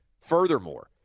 Furthermore